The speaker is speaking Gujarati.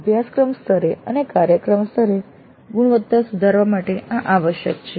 અભ્યાસક્રમ સ્તરે અને કાર્યક્રમ સ્તરે ગુણવત્તા સુધારવા માટે આ આવશ્યક છે